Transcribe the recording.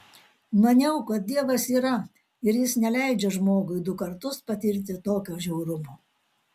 maniau kad dievas yra ir jis neleidžia žmogui du kartus patirti tokio žiaurumo